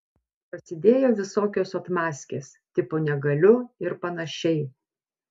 prasidėjo visokios atmazkės tipo negaliu ir panašiai